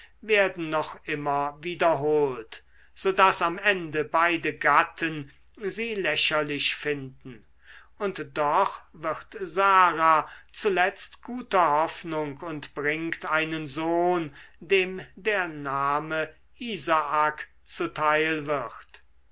werden noch immer wiederholt so daß am ende beide gatten sie lächerlich finden und doch wird sara zuletzt guter hoffnung und bringt einen sohn dem der name isaak zuteil wird